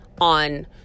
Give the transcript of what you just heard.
on